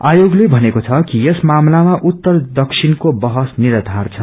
आयोगले थनेको छ कि यस मामलामा उत्तर दक्षिणको बहस निराधार छ